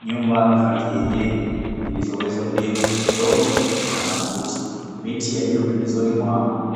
Nyumba za kienyeji zilizoweza kujengwa kwa udongo na makuti. Neti yaliyo pembezoni